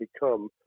become